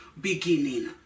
beginning